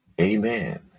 Amen